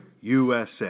USA